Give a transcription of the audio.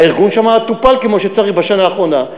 הארגון שם טופל כמו שצריך בשנה האחרונה,